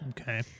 Okay